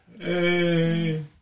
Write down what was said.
Hey